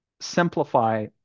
simplify